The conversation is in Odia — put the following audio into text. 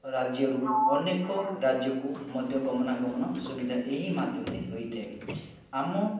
ରାଜ୍ୟରୁ ଅନେକ ରାଜ୍ୟକୁ ମଧ୍ୟ ଗମନାଗମନ ସୁବିଧା ଏହି ମାଧ୍ୟମରେ ହୋଇଥାଏ ଆମ